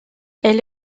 elle